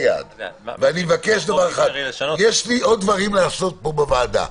יש לי עוד דברים לעשות פה בוועדה.